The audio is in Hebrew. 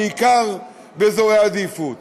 בעיקר באזורי העדיפות.